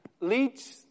leads